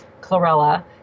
chlorella